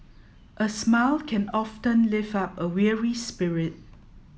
a smile can often lift up a weary spirit